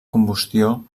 combustió